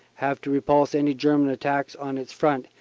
have to repulse any german attacks on its front,